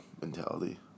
mentality